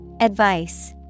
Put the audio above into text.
Advice